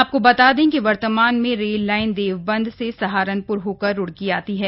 आपको बता दें कि वर्तमान में रेल लाइन देवबंद से सहारनप्र होकर रूड़की आती है